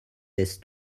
laisse